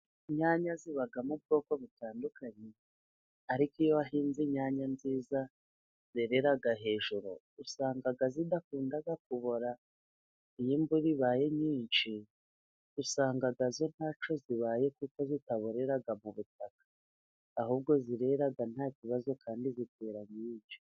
Inyanya zibamo ubwoko butandukanye, ariko iyo wahinze inyanya nziza zerera hejuru usanga zidakunda kubora iyo imvura ibaye nyinshi, usanga zo ntacyo zibaye kuko zitaborera mu butaka, ahubwo zirera nta kibazo kandi zikera nyinshi.